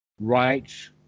rights